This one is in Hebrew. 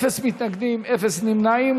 מתנגדים ואין נמנעים.